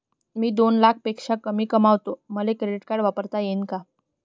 मी दोन लाखापेक्षा कमी कमावतो, मले क्रेडिट कार्ड वापरता येईन का?